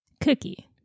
cookie